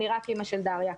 אני רק אימא של דריה.